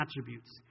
attributes